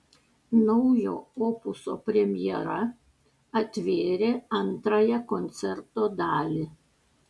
naujo opuso premjera atvėrė antrąją koncerto dalį